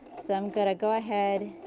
so i am going to go ahead